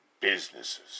businesses